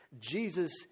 Jesus